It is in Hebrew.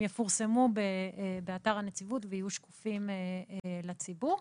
יפורסמו באתר הנציבות ויהיו שקופים לציבור.